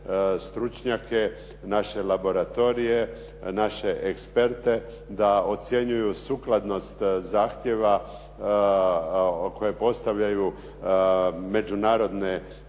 stručnjake, naše laboratorije, naše eksperte da ocjenjuju sukladnost zahtjeva koje postavljaju međunarodne